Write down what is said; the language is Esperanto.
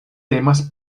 temas